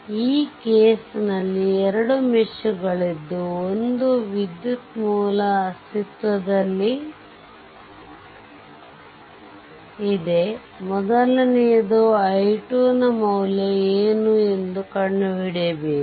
ಈ ಕೇಸ್ ನಲ್ಲಿ 2 ಮೆಶ್ ಗಳಿದ್ದು 1 ಒಂದು ವಿದ್ಯುತ್ ಮೂಲ ಅಸ್ತಿತ್ವದಲ್ಲಿದೆ ಮೊದಲನೆಯದು i2 ನ ಮೌಲ್ಯ ಏನು ಎಂದು ಕಂಡುಹಿಡಿಯಬೇಕು